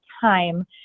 time